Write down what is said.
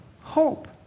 hope